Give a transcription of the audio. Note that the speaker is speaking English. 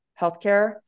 healthcare